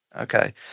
Okay